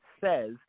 Says